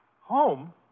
Home